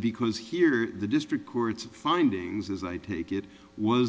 because here the district court's findings as i take it was